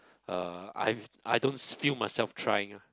uh I've I don't s~ feel myself trying